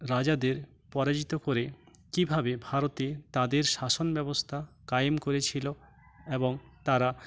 রাজাদের পরাজিত করে কীভাবে ভারতে তাদের শাসনব্যবস্থা কায়েম করেছিলো এবং তারা